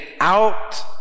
out